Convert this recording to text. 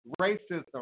racism